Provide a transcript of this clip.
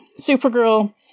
Supergirl